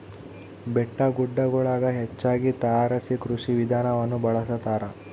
ಬೆಟ್ಟಗುಡ್ಡಗುಳಗ ಹೆಚ್ಚಾಗಿ ತಾರಸಿ ಕೃಷಿ ವಿಧಾನವನ್ನ ಬಳಸತಾರ